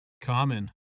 common